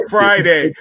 Friday